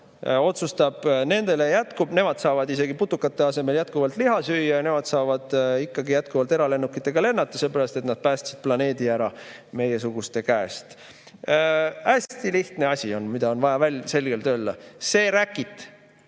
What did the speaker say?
otsustab, nendele jätkub. Nemad saavad isegi putukate asemel jätkuvalt liha süüa ja nemad saavad ikkagi jätkuvalt eralennukitega lennata, seepärast et nad päästsid planeedi ära meiesuguste käest. Hästi lihtne asi, mida on vaja selgelt öelda: see räkit